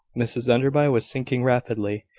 mrs enderby was sinking rapidly.